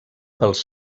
pels